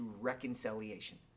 reconciliation